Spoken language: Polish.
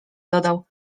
dodał